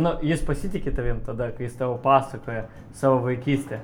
nu jis pasitiki tavim tada kai jis tau pasakoja savo vaikystę